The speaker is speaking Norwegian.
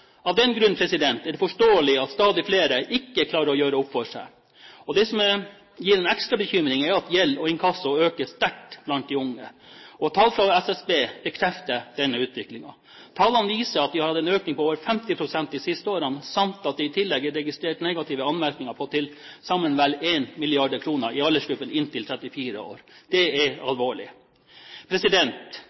Av den grunn er det forståelig at stadig flere ikke klarer å gjøre opp for seg. Det som gir en ekstra bekymring, er at gjeld og inkasso øker sterkt blant de unge. Tall fra SSB bekrefter denne utviklingen. Tallene viser at vi har hatt en økning på over 50 pst. de siste årene, samt at det i tillegg er registrert negative anmerkninger på til sammen vel 1 mrd. kr i aldersgruppene inntil 34 år. Det er alvorlig.